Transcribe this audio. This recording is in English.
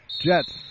Jets